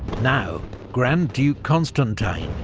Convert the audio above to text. now grand duke constantine,